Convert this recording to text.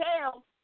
tell